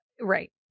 Right